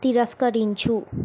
తిరస్కరించు